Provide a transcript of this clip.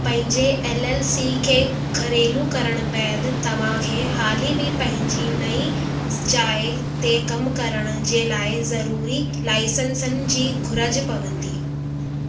पंहिंजे L L C खे घरेलू करण बैदि तव्हांखे हाली बि पंहिंजी नई जाइ ते कम करण जे लाइ ज़रूरी लाइसेंसनन जी घुरिजु पवंदी